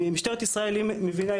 משטרת ישראל היא מבינה,